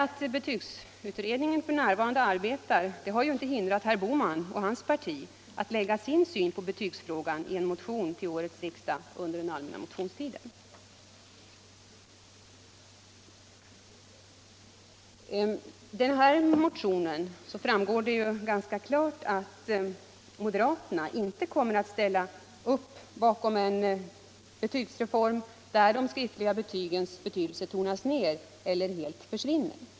Att betygsutredningen f. n. arbetar har inte heller hindrat herr Bohman och hans parti att lägga fram sin syn i betygsfrågan i en motion till årets riksdag under den allmänna motionstiden. I den motionen framgår att moderaterna inte kommer att ställa upp bakom en betygsreform där de skriftliga betygens betydelse tonas ned eller helt försvinner.